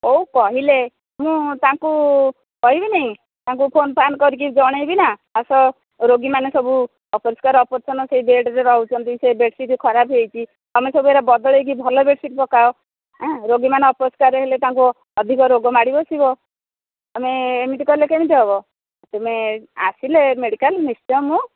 ଆଉ କହିଲେ ମୁଁ ତାଙ୍କୁ କହିବିନି ତାଙ୍କୁ ଫୋନ୍ ଫାନ୍ କରିକି ଜଣେଇବି ନା ଆସ ରୋଗୀମାନେ ସବୁ ଅପରିଷ୍କାର ଅପରିଚ୍ଛନ୍ନ ସେଇ ବେଡ୍ରେ ରହୁଛନ୍ତି ସେ ବେଡ୍ସିଟ୍ ଖରାପ ହୋଇଛି ତୁମେସବୁ ଏଗୁଡ଼ା ବଦଳେଇକି ଭଲ ବେଡ୍ସିଟ୍ ପକାଅ ରୋଗୀମାନେ ଅପରିଷ୍କାର ହେଲେ ତାଙ୍କୁ ଅଧିକ ରୋଗ ମାଡ଼ିବସିବ ତୁମେ ଏମିତି କଲେ କେମିତି ହେବ ତୁମେ ଆସିଲେ ମେଡିକାଲ୍ ନିଶ୍ଚୟ ମୁଁ